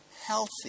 healthy